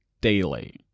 Daily